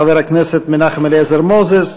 חברי הכנסת מנחם אליעזר מוזס,